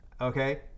okay